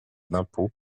d’impôt